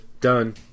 done